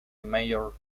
major